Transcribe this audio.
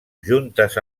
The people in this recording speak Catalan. juntes